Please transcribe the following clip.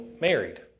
married